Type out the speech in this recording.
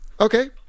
Okay